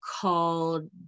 Called